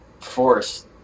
force